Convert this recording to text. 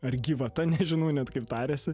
ar gyvata nežino net kaip tariasi